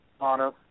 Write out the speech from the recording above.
honor